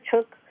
took